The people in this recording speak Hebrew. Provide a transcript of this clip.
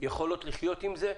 יכולות לחיות עם זה,